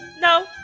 no